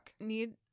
need